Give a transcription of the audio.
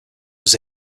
was